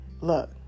look